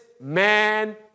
man